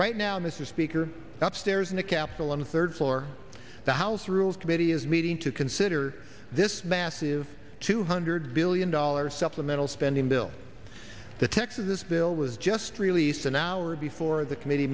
right now and this is speaker up stairs in a capsule on the third floor the house rules committee is meeting to consider this massive two hundred billion dollars supplemental spending bill the text of this bill was just released an hour before the committee